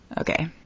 Okay